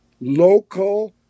local